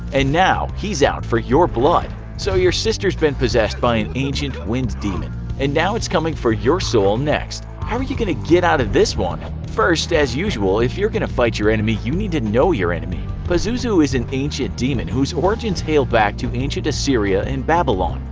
and now he's out for your blood. so your sister's been possessed by an ancient wind demon and now it's coming for your soul next. how are you going to get out of this one? first as usual, if you're going to fight your enemy you need to know your enemy. pazuzu is an ancient demon who's origins hail back to ancient assyria and babylon.